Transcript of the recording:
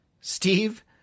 Steve